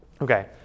Okay